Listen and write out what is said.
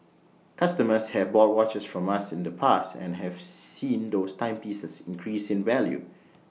customers have bought watches from us in the past and have seen those timepieces increase in value